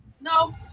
no